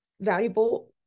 valuable